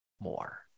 more